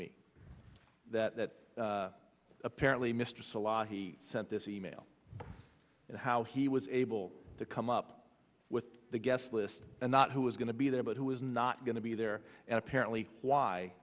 me that apparently mr salahi sent this e mail and how he was able to come up with the guest list and not who was going to be there but who is not going to be there and apparently